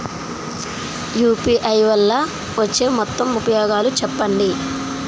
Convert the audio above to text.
UPI వల్ల వచ్చే మొత్తం ఉపయోగాలు చెప్పండి?